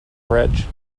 bridge